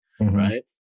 Right